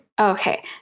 Okay